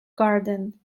garden